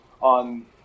on